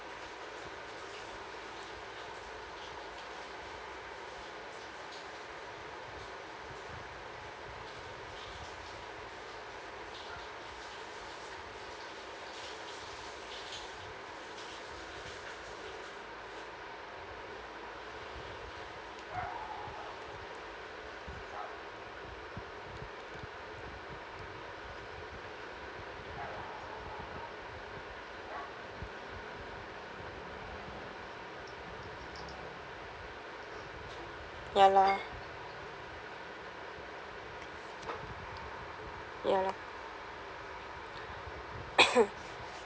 ya lor ya lor